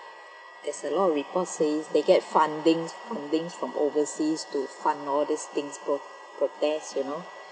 there's a lot of reports says they get fundings fundings from overseas to fund all these things protest you know